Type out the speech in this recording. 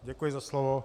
Děkuji za slovo.